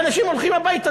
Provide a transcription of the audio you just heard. ואנשים הולכים הביתה,